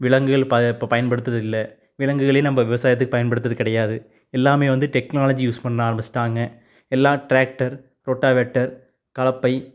விலங்குகள் பயன் பயன்படுத்துவது இல்லை விலங்குகளையே நம்ம விவசாயத்துக்கு பயன்படுத்துவது கிடையாது எல்லாமே வந்து டெக்னாலஜி யூஸ் பண்ண ஆரம்பிச்சுட்டாங்க எல்லாம் டிராக்டர் ப்ரோட்டாவெட்டர் கலப்பை